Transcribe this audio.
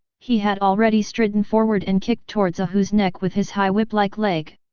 he had already stridden forward and kicked towards a hu's neck with his high whip-like leg.